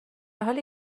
حالی